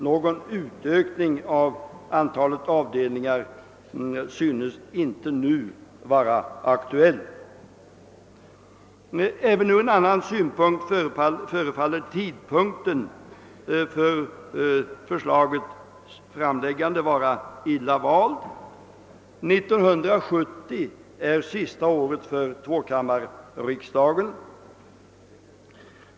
Någon utökning av antalet avdelningar synes emellertid inte nu vara aktuell. Även ur en annan synpunkt förefaller tidpunkten för förslagets framläggande vara illa vald. 1970 är det sista året för tvåkammarriksdagen.